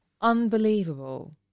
unbelievable